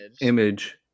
image